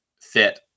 fit